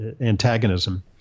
antagonism